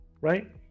right